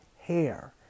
hair